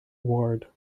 ward